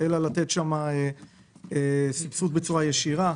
אלא לתת שם סבסוד בצורה ישירה.